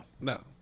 No